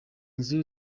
nzu